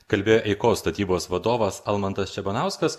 kalbėjo eikos statybos vadovas almantas čebanauskas